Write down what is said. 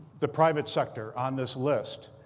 the private sector on this list.